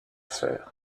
fer